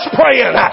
praying